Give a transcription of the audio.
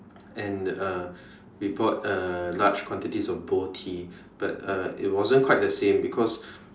and uh we bought a large quantities of Boh Tea but uh it wasn't quite the same because